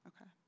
Okay